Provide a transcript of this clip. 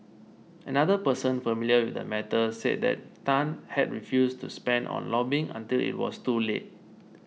another person familiar with the matter said that Tan had refused to spend on lobbying until it was too late